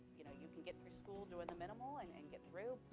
you know you can get through school doing the minimal and and get through,